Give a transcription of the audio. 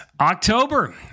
October